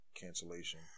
cancellation